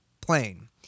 plane